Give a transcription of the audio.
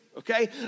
Okay